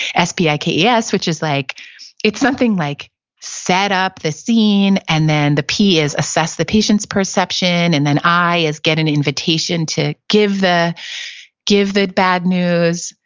s p i k e s, which is like something like set up the scene, and then the p is assess the patient's perception, and then i is get an invitation to give the give the bad news,